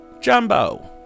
Jumbo